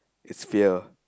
it's fear